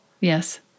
yes